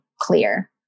clear